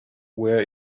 where